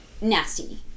nasty